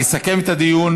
יסכם את הדיון